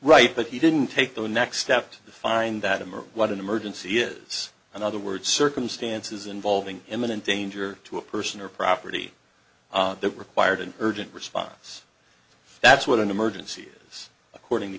right that he didn't take the next step to find that him or what an emergency is in other words circumstances involving imminent danger to a person or property that required an urgent response that's what an emergency was according to